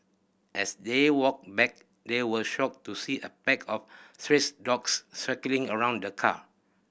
as they walked back they were shocked to see a pack of strays dogs circling around the car